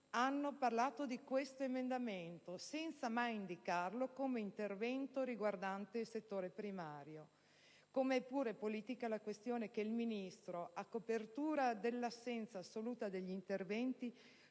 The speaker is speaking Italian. stato citato questo emendamento senza mai indicarlo come intervento riguardante il settore primario. Come pure è politica la questione che il Ministro, a copertura dell'assenza assoluta di interventi,